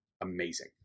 amazing